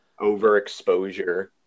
Overexposure